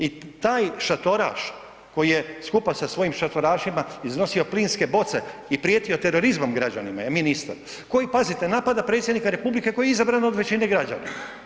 I taj šatoraš koji je skupa sa svojim šatorašima iznosio plinske boce i prijetio terorizmom građanima je ministar, koji, pazite, napada predsjednika republike koji je izabran od većine građana.